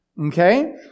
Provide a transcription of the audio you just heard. Okay